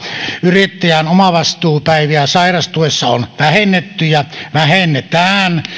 yrittäjän omavastuupäiviä sairastuessa on vähennetty ja vähennetään